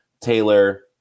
Taylor